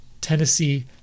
Tennessee